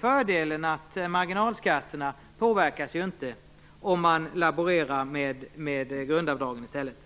Fördelen är ju att marginalskatterna inte påverkas om man laborerar med grundavdragen i stället.